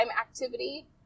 activity